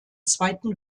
zweiten